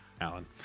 Alan